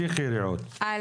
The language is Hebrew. רעות תמשיכי.